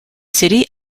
city